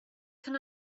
can